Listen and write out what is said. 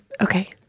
Okay